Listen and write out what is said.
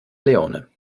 leone